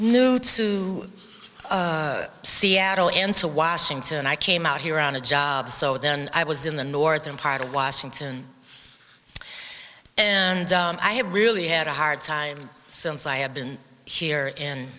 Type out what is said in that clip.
new to seattle and to washington and i came out here on a job so then i was in the northern part of washington and i have really had a hard time since i have been here in